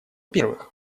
первых